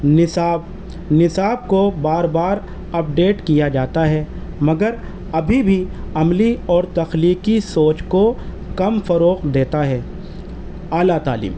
نصاب نصاب کو بار بار اپڈیٹ کیا جاتا ہے مگر ابھی بھی عملی اور تخلیقی سوچ کو کم فروغ دیتا ہے اعلیٰ تعلیم